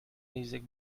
music